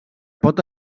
pot